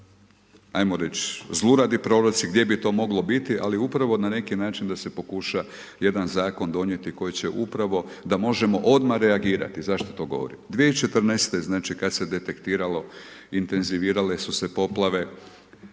ajmo reći, zluradi proroci gdje bi to moglo biti, ali upravo na neki način da se pokuša jedan zakon donijeti koji će upravo, da možemo odmah reagirati. Zašto to govorim? 2014., znači kada se detektiralo, intenzivirale su se poplave